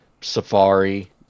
Safari